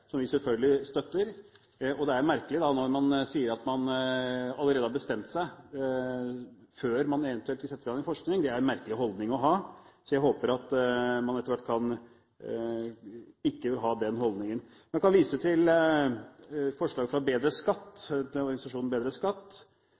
som vi selvfølgelig støtter. Det er jo en merkelig holdning å ha å si at man allerede har bestemt seg, før man eventuelt vil sette i gang en forskning, så jeg håper at man etter hvert kan ha en annen holdning. Jeg kan vise til forslag fra organisasjonen BedreSkatt – de er ikke sånn at de alltid skal ha lavere skatt,